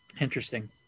Interesting